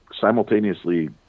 simultaneously